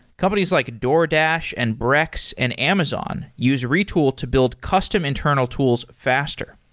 companies like a doordash, and brex, and amazon use retool to build custom internal tools faster.